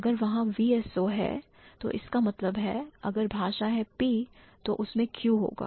अगर वहां VSO है तो इसका मतलब है अगर भाषा है P तो उसमें Q होगा